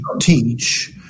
teach